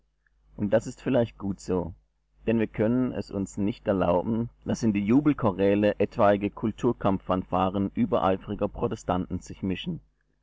und das ist vielleicht gut so denn wir können es uns nicht erlauben daß in die jubelchoräle etwaige kulturkampffanfaren übereifriger protestanten sich mischen